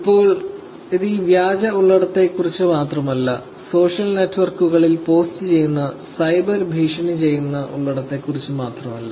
ഇപ്പോൾ ഇത് ഈ വ്യാജ ഉള്ളടക്കത്തെക്കുറിച്ചു മാത്രമല്ല സോഷ്യൽ നെറ്റ്വർക്കുകളിൽ പോസ്റ്റുചെയ്യുന്ന സൈബർ ഭീഷണി ചെയ്യുന്ന ഉള്ളടക്കത്തെക്കുറിച്ചു മാത്രമല്ല